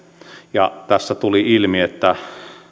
ja tässä tuli ilmi että